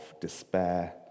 despair